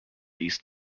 east